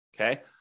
okay